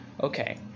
okay